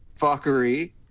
fuckery